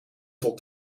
tot